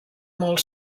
molt